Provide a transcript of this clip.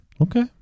okay